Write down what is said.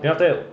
then after that